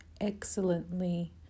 excellently